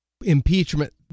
impeachment